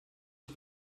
und